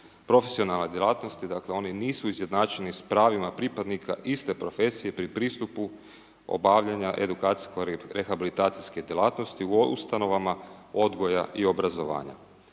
profesionalne djelatnosti, dakle oni nisu izjednačeni sa pravima pripadnika iste profesije pri pristupu obavljanja edukacijsko rehabilitacijske djelatnosti u ustanovama odgoja i obrazovanja.